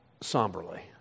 somberly